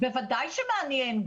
בוודאי שמעניין,